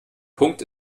punkt